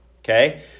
okay